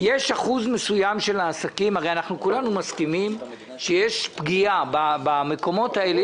יש אחוז מסוים של עסקים הרי כולנו מסכימים שיש פגיעה במקומות האלה,